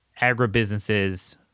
agribusinesses